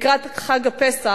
לקראת חג הפסח